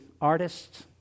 artists